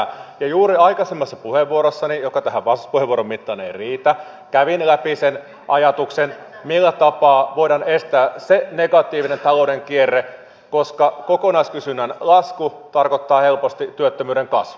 ja juuri aikaisemmassa puheenvuorossani johon tämä vastauspuheenvuoron mitta ei riitä kävin läpi sen ajatuksen millä tapaa voidaan estää se negatiivinen talouden kierre koska kokonaiskysynnän lasku tarkoittaa helposti työttömyyden kasvua